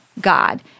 God